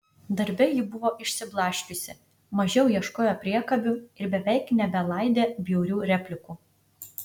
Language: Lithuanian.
darbe ji buvo išsiblaškiusi mažiau ieškojo priekabių ir beveik nebelaidė bjaurių replikų